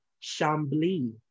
Chambly